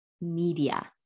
media